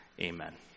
Amen